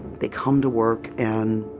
they come to work and